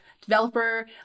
developer